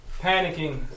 panicking